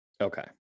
Okay